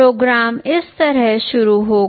programme इस तरह शुरू होगा